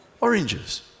oranges